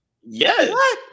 Yes